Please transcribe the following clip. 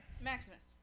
Maximus